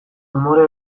umore